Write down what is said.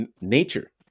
nature